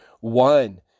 one